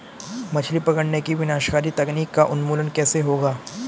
मछली पकड़ने की विनाशकारी तकनीक का उन्मूलन कैसे होगा?